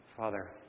Father